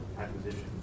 acquisition